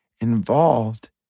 involved